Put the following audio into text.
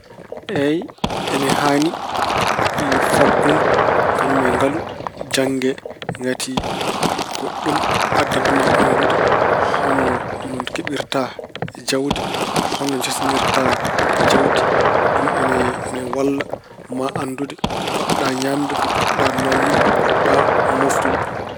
Eey, ine haani faggudu kañum e ngalu janngee. Ngati ko ɗum addanta ma anndu hono keɓirta jawdi, hono njaltinirta jawdi. Ɗum ina walla ma anndu ko potɗa ñaamde, ko potɗa naatnude, ko potɗa mooftude.